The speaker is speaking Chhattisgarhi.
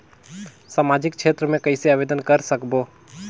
समाजिक क्षेत्र मे कइसे आवेदन कर सकबो?